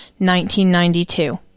1992